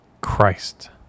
Christ